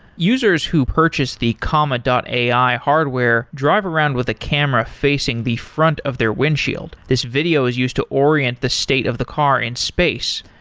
users who purchase the comma and ai hardware drive around with a camera facing the front of their windshield. this video is used to orient the state of the car in space.